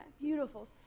beautiful